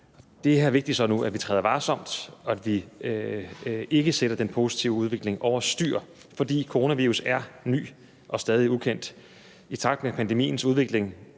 Det, der så er vigtigt nu, er, at vi træder varsomt, og at vi ikke sætter den positive udvikling over styr, for coronavirus er ny og stadig ukendt. I takt med pandemiens udvikling